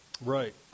Right